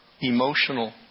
emotional